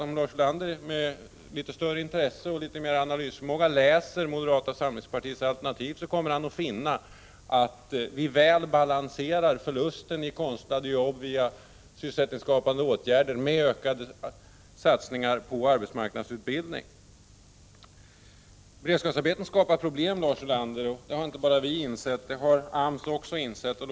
Om Lars Ulander med litet större intresse och litet bättre analysförmåga läser vad vi i moderata samlingspartiet har skrivit om alternativen, kommer han att finna att vi väl balanserar den förlust som görs i och med de konstlade jobben — dvs. sysselsättningsskapande åtgärder — med en ökad satsning på arbetsmarknadsutbildningen. Beredskapsarbeten skapar problem, Lars Ulander! Det har inte bara vi insett utan det har också AMS insett.